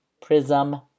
prism